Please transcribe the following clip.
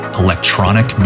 electronic